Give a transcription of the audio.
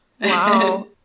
Wow